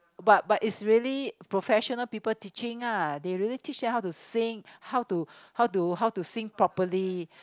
but but it's really professional people teaching ah they really teach you how to sing how to how to how to sing properly